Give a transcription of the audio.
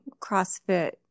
CrossFit